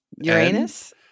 Uranus